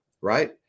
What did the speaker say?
right